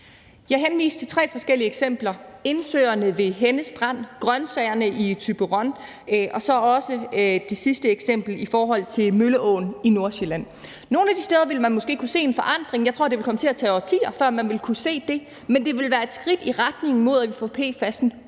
Jeg henviste til tre forskellige eksempler: indsøerne ved Henne Strand, grønsagerne i Thyborøn og som det sidste eksempel Mølleåen i Nordsjælland. Nogle af de steder ville man måske kunne se en forandring. Jeg tror, det ville komme til at tage årtier, før man ville kunne se det, men det ville være et skridt i retning mod at få PFAS'en